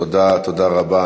תודה רבה.